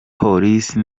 police